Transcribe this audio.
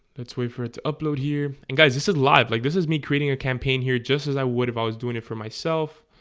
let's wait for it to upload here and guys this is live like this is me creating a campaign here just as i would if i was doing it for myself